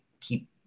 keep